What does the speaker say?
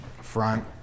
front